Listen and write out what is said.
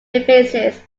emphasis